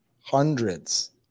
Hundreds